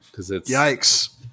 Yikes